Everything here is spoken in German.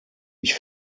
ich